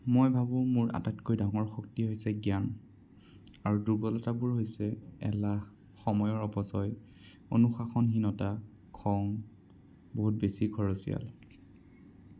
মই ভাবোঁ মোৰ আটাইতকৈ ডাঙৰ শক্তি হৈছে জ্ঞান আৰু দুৰ্বলতাবোৰ হৈছে এলাহ সময়ৰ অপচয় অনুশাসনহীনতা খং বহুত বেছি খৰচীয়াল